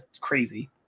Crazy